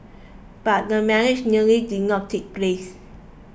but the marriage nearly did not take place